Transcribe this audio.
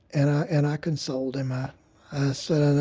and ah and i consoled him. i said, and